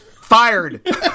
Fired